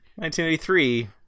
1983